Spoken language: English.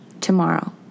tomorrow